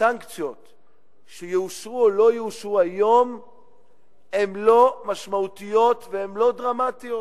הסנקציות שיאושרו או לא יאושרו היום הן לא משמעותיות והן לא דרמטיות.